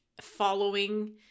following